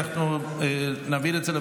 ביקורת המדינה.